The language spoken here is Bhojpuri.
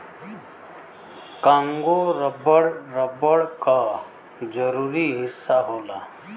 कांगो रबर, रबर क जरूरी हिस्सा होला